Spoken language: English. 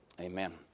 Amen